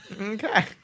Okay